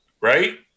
right